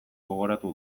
gogoratu